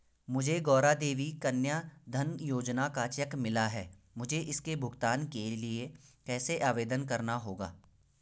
मुझे गौरा देवी कन्या धन योजना का चेक मिला है मुझे इसके भुगतान के लिए कैसे आवेदन करना होगा?